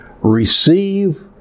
receive